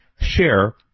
Share